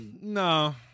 no